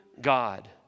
God